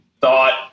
thought